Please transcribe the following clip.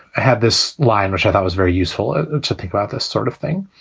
had this line, which i thought was very useful to think about this sort of thing.